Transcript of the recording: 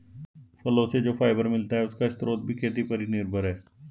फलो से जो फाइबर मिलता है, उसका स्रोत भी खेती पर ही निर्भर है